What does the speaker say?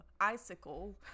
icicle